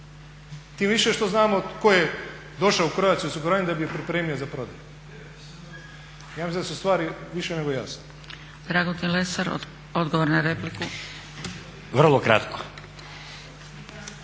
Tim više što znamo tko je došao u Croatia-u osiguranje da bi je pripremio za prodaju. Ja mislim da su stvari više nego jasne.